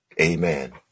Amen